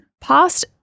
past